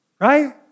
right